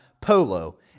Polo